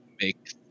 make